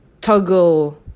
toggle